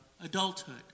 adulthood